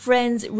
Friends